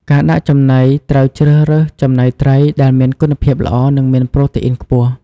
ការដាក់ចំណីត្រូវជ្រើសរើសចំណីត្រីដែលមានគុណភាពល្អ និងមានប្រូតេអ៊ីនខ្ពស់។